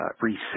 reset